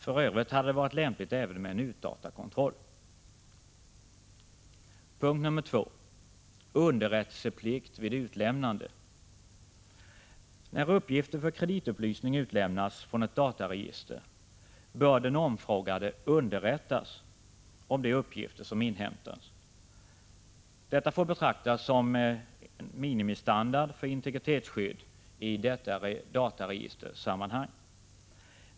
För övrigt hade det varit lämpligt även med en utdata-kontroll. När uppgifter för kreditupplysning utlämnas från ett dataregister bör den omfrågade underrättas om de uppgifter som inhämtats. Detta får betraktas som minimistandard för integritetsskydd i detta dataregistersammanhang.